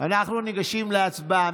אנחנו ניגשים להצבעה.